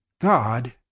God